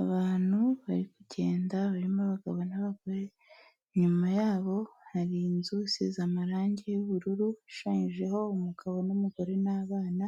Abantu bari kugenda barimo abagabo n'abagore, inyuma yabo hari inzu isize amarange y'ubururu ishushanyijeho umugabo n'umugore n'abana,